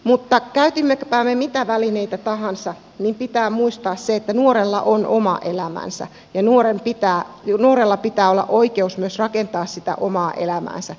mutta käytimmepä me mitä välineitä tahansa niin pitää muistaa se että nuorella on oma elämänsä ja nuorella pitää olla oikeus myös rakentaa sitä omaa elämäänsä